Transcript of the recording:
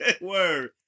Word